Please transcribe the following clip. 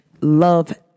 love